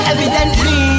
Evidently